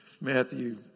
Matthew